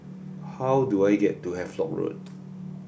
how do I get to Havelock Road